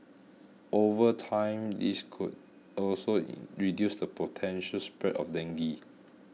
over time this could also reduce the potential spread of dengue